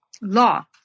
law